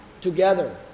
together